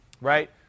right